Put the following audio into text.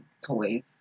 toys